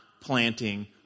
planting